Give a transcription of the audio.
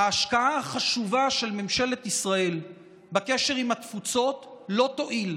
ההשקעה החשובה של ממשלת ישראל בקשר עם התפוצות לא תועיל,